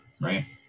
right